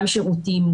גם שירותים,